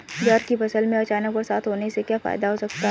ज्वार की फसल में अचानक बरसात होने से क्या फायदा हो सकता है?